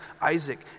Isaac